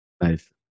Nice